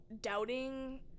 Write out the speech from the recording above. doubting